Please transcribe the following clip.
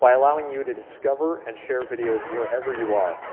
by allowing you to discover and share videos wherever you are,